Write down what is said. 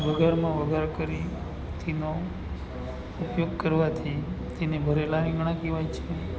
વઘારમાં વઘાર કરી તેનો ઉપયોગ કરવાથી તેને ભરેલા રીંગણાં કહેવાય છે